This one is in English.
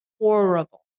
horrible